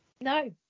No